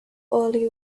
early